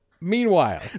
Meanwhile